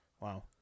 Wow